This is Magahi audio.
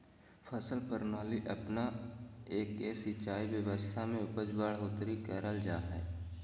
फसल प्रणाली अपना के सिंचाई व्यवस्था में उपज बढ़ोतरी करल जा हइ